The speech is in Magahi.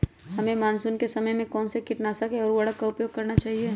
हमें मानसून के समय कौन से किटनाशक या उर्वरक का उपयोग करना चाहिए?